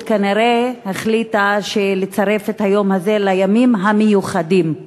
כנראה החליטה לצרף את היום הזה לימים המיוחדים.